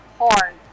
hard